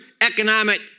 economic